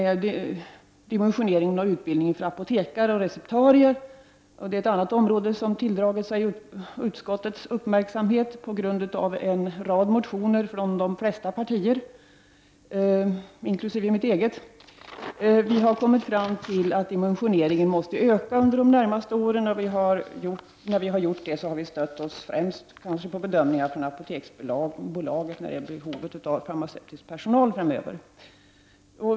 Dimensioneringen av utbildningen för apotekare och receptarier är ett annat område som tilldragit sig utskottets uppmärksamhet på grund av en rad motioner från de flesta partier, inkl. mitt eget. Vi har kommit fram till att dimensioneringen måste öka under de närmaste åren. När vi har gjort det har vi främst stött oss på Apoteksbolagets bedömningar av behovet av farmaceutisk personal framöver.